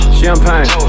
champagne